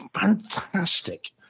fantastic